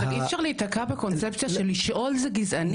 אבל אי אפשר להיתקע בקונספציה שלשאול זה גזעני.